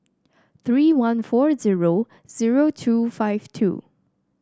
three one four zero zero two five two